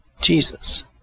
Jesus